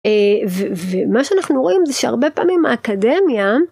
ומה שאנחנו רואים זה שהרבה פעמים האקדמיה.